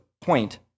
point